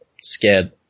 scared